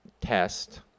test